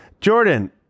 Jordan